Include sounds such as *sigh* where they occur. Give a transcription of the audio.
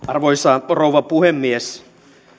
*unintelligible* arvoisa rouva puhemies